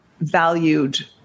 valued